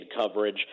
coverage